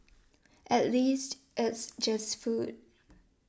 at least it's just food